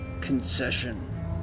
concession